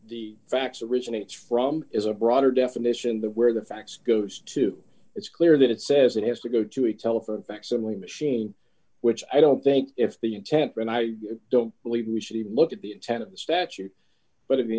the facts originates from is a broader definition there where the fact goes to it's clear that it says it has to go to a telephone facsimile machine which i don't think it's the intent and i don't believe we should even look at the intent of the statute but i